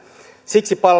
siksi